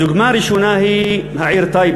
הדוגמה הראשונה היא העיר טייבה,